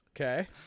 okay